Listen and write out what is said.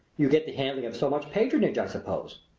you get the handling of so much patronage, i suppose?